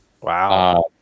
Wow